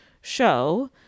show